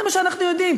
זה מה שאנחנו יודעים,